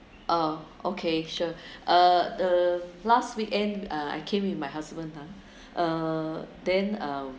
ah okay sure uh the last weekend uh I came with my husband ah uh then uh